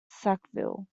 sackville